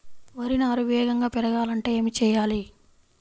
వరి నారు వేగంగా పెరగాలంటే ఏమి చెయ్యాలి?